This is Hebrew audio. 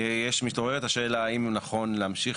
מתעוררת השאלה האם נכון להמשיך,